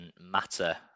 matter